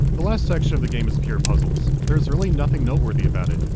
the last section of the game is pure puzzles. there's really nothing noteworthy about it.